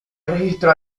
registro